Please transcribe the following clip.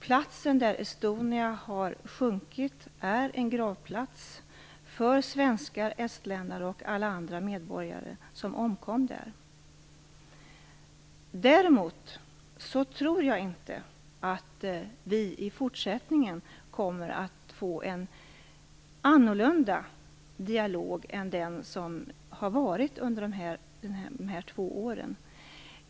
Platsen där Estonia sjönk är en gravplats för svenskar, estländare och alla andra medborgare som omkom där. Däremot tror jag inte att vi i fortsättningen kommer att få en annorlunda dialog än den som har varit under dessa två år.